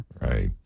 Right